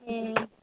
ए